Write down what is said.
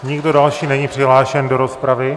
Nikdo další není přihlášen do rozpravy.